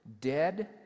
Dead